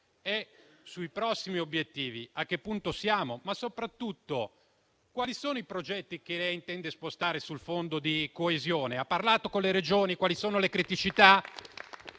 sui prossimi obiettivi, ma soprattutto quali sono i progetti che lei intende spostare sul Fondo di coesione. Ha parlato con le Regioni? Quali sono le criticità?